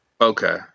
Okay